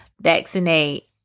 vaccinate